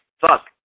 Fuck